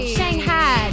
Shanghai